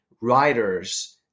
writers